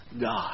God